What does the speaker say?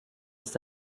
ist